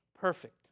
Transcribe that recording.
perfect